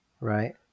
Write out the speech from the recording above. right